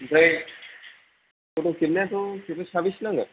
आमफ्राय फट' खेबनायाथ' खेबनो साबेसे नांगोन